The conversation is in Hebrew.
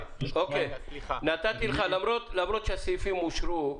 נתתי לך למרות שהסעיפים אושרו.